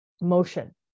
motion